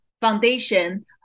foundation